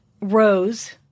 Rose